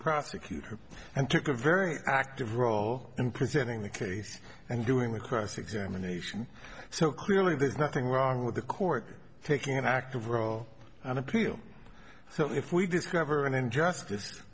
prosecutor and took a very active role in presenting the case and doing the cross examination so clearly there's nothing wrong with the court taking an active role on appeal so if we discover an injustice